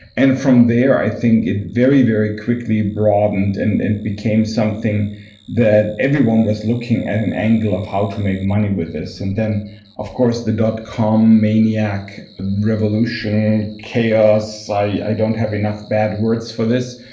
and from there, i think it very, very quickly broadened and and became something that everyone was looking at an angle of how to make money with this. then of course the dot com maniac revolution, chaos i don't have enough bad words for this,